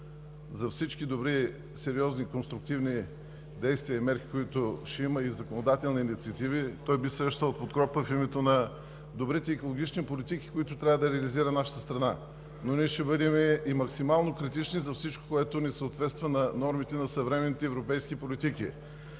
За всички добри, сериозни, конструктивни действия и мерки и законодателни инициативи, които ще има, той би срещал подкрепа в името на добрите екологични политики, които трябва да реализира нашата страна, но ние ще бъдем и максимално критични за всичко, което не съответства на нормите на съвременните европейски политики.